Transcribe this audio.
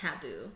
taboo